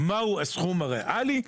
מהו הסכום הריאלי,